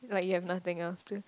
like you have nothing else to